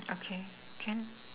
okay can